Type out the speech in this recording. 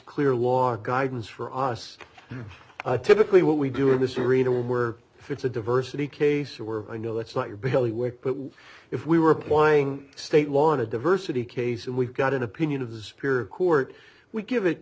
clear law guidance for us typically what we do in this arena we're if it's a diversity case where i know it's not your billy weight but if we were applying state law on a diversity case and we've got an opinion of the spirit court we give it